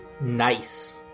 Nice